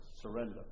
surrender